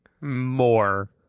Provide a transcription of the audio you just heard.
more